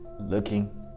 looking